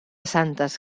santes